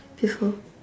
before